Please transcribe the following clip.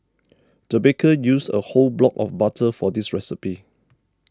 the baker used a whole block of butter for this recipe